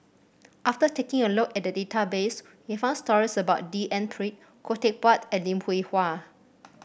after taking a look at the database we found stories about D N Pritt Khoo Teck Puat and Lim Hwee Hua